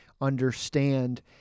understand